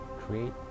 create